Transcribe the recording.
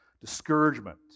discouragement